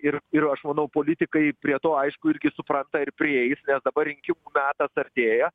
ir ir aš manau politikai prie to aišku irgi supranta ir priėjus nes dabar rinkimų metas artėja